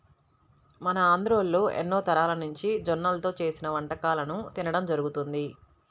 మన ఆంధ్రోల్లు ఎన్నో తరాలనుంచి జొన్నల్తో చేసిన వంటకాలను తినడం జరుగతంది